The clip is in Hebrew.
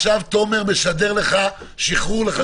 מצוין, אבל עכשיו תומר משדר לך שחרור לחצי שנה.